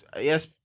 Yes